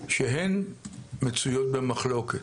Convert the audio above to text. שהן מצויות במחלוקת.